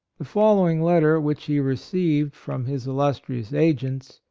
the following letter which he received from his illustrious agents,